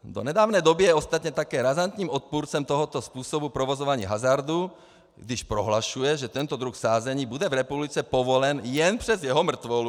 Do nedávné doby je ostatně také razantním odpůrcem tohoto způsobu provozování hazardu, když prohlašuje, že tento druh sázení bude v republice povolen jen přes jeho mrtvolu.